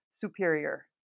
superior